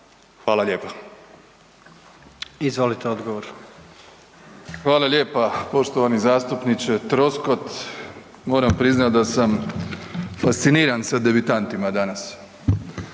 **Plenković, Andrej (HDZ)** Hvala lijepa poštovani zastupniče Troskot. Moram priznati da sam fasciniran sa devitantima danas.